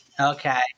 Okay